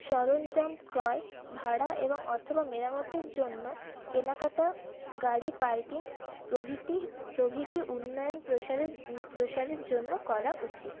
সরঞ্জাম ক্রয় ভাড়া এবং অথবা মেরামতের জন্য কেনা কাটা গাড়ি পার্কিং প্রভৃতি প্রভৃতি উন্নয়ন প্রসারের প্রসারের জন্য করা উচিত